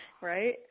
Right